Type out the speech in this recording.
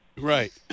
right